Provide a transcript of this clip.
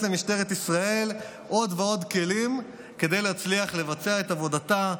למשטרת ישראל עוד ועוד כלים כדי להצליח לבצע את עבודתה,